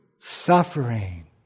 suffering